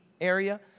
area